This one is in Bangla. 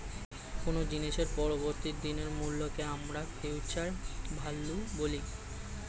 কোনো জিনিসের পরবর্তী দিনের মূল্যকে আমরা ফিউচার ভ্যালু বলি